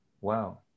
Wow